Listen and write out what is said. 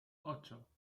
ocho